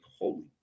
holy